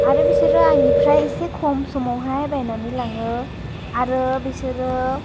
आरो बिसोरो आंनिफ्राय एसे खम समावहाय बायनानै लाङो आरो बिसोरो